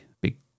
big